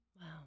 Wow